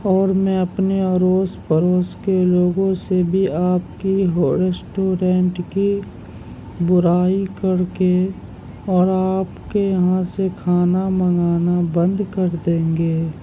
اور میں اپنے اڑوس پڑوس کے لوگوں سے بھی آپ کی ریسٹورینٹ کی برائی کر کے اور آپ کے یہاں سے کھانا منگانا بند کر دیں گے